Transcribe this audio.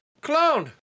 Clone